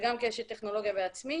וגם כאשת טכנולוגיה בעצמי